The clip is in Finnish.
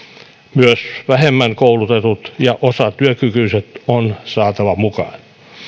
myös vähemmän koulutetut ja osatyökykyiset on saatava mukaan